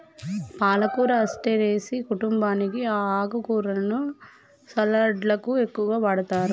పాలకూర అస్టెరెసి కుంటుంబానికి ఈ ఆకుకూరలను సలడ్లకు ఎక్కువగా వాడతారు